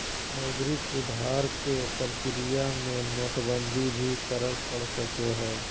मौद्रिक सुधार के प्रक्रिया में नोटबंदी भी करे पड़ सको हय